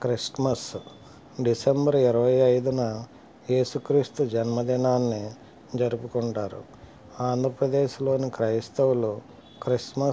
Christmas December ఇరవై ఐదున ఏసు క్రీస్తు జన్మదినాన్ని జరుపుకుంటారు ఆంధ్రప్రదేశ్లోని క్రైస్తవులు క్రిస్మస్